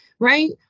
Right